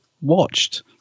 watched